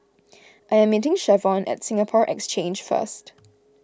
I am meeting Shavon at Singapore Exchange first